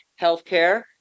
healthcare